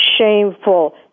shameful